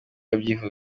ibyifuzo